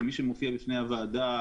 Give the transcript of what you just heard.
כמי שמופיע בפני הוועדה,